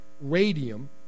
Radium